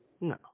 No